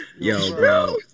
Yo